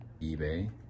eBay